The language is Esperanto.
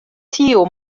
tiu